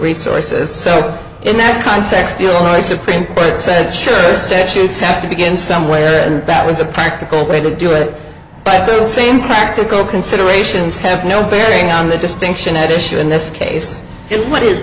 resources so in that context illinois supreme court said sure the statutes have to begin somewhere and that was a practical way to do it but the same practical considerations have no bearing on the distinction at issue in this case is what is